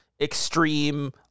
extreme